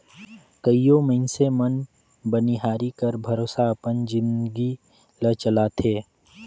कइयो मइनसे मन बनिहारी कर भरोसा अपन जिनगी ल चलाथें